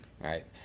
Right